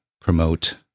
promote